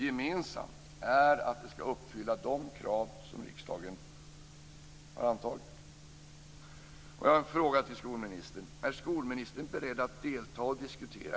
Gemensamt är att de ska uppfylla de krav som riksdagen har antagit.